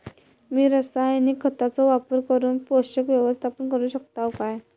मी रासायनिक खतांचो वापर करून पोषक व्यवस्थापन करू शकताव काय?